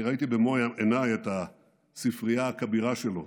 אני ראיתי במו עיניי את הספרייה הכבירה שלו.